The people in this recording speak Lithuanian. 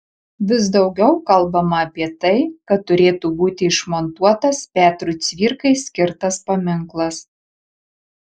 vis daugiau kalbama apie tai kad turėtų būti išmontuotas petrui cvirkai skirtas paminklas